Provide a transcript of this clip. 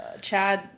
Chad